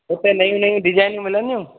हुते नयूं नयूं डिजाइनियूं मिलंदियूं